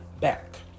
back